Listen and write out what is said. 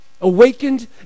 awakened